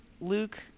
Luke